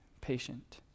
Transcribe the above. patient